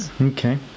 okay